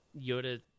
Yoda